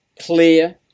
clear